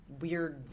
weird